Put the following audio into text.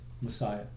Messiah